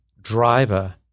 driver